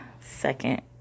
second